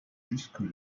jusque